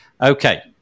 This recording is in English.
Okay